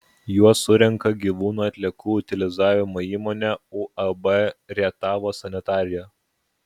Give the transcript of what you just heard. juos surenka gyvūnų atliekų utilizavimo įmonė uab rietavo sanitarija